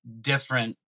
different